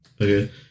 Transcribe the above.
Okay